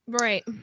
Right